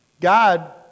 God